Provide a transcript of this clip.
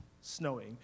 snowing